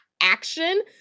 action